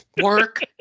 work